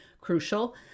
crucial